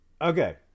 Okay